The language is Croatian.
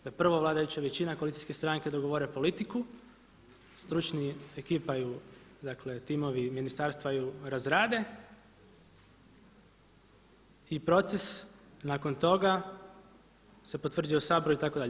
Da prvo vladajuća većina, koalicijske stranke dogovore politiku, stručna ekipa ju, dakle timovi, ministarstva ju razrade i proces nakon toga se potvrdi u Saboru itd.